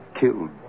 killed